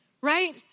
Right